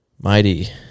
mighty